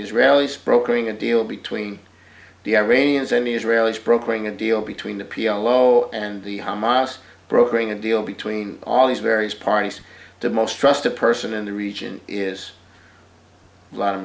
the israelis brokering a deal between the iranians and the israelis brokering a deal between the p l o and the hamas brokering a deal between all these various parties the most trusted person in the region is lot of